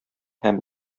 һәм